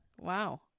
Wow